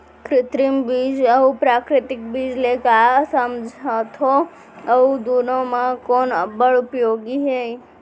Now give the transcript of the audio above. कृत्रिम बीज अऊ प्राकृतिक बीज ले का समझथो अऊ दुनो म कोन अब्बड़ उपयोगी हे?